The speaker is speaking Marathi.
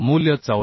मूल्य 84